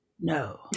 No